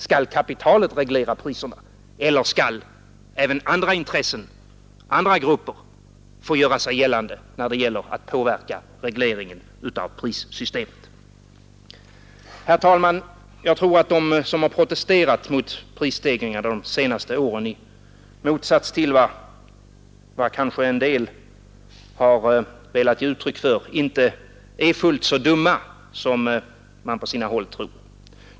Skall kapitalet reglera priserna eller skall även andra grupper få göra sig gällande när det gäller att påverka regleringen av prissystemet? Herr talman! Jag tror att de som protesterat mot prisstegringarna de senaste åren i motsats till vad kanske en del velat ge uttryck för inte är fullt så dumma som man på sina håll tror.